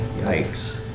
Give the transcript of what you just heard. Yikes